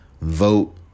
Vote